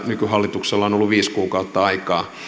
nykyhallituksella on ollut viisi kuukautta aikaa